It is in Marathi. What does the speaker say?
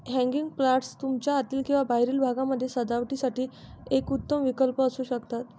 हँगिंग प्लांटर्स तुमच्या आतील किंवा बाहेरील भागामध्ये सजावटीसाठी एक उत्तम विकल्प असू शकतात